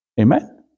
Amen